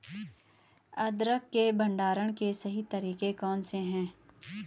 अदरक के भंडारण के सही तरीके कौन से हैं?